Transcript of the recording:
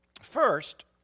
First